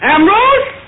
Ambrose